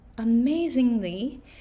Amazingly